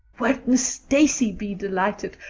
won't miss stacy be delighted?